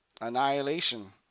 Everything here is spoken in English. annihilation